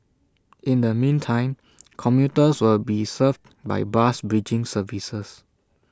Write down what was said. in the meantime commuters will be served by bus bridging services